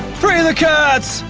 free the cats!